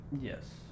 Yes